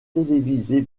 télévisée